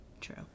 True